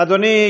אדוני,